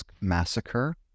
Massacre